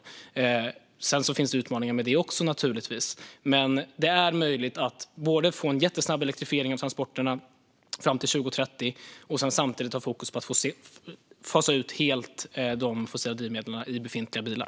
Sedan finns det naturligtvis utmaningar med det också, men det är möjligt att både få en jättesnabb elektrifiering av transporterna fram till 2030 och samtidigt ha fokus på att helt fasa ut de fossila drivmedlen i befintliga bilar.